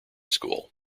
school